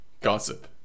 gossip